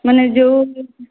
ମାନେ ଯେଉଁ